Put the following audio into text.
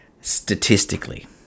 statistically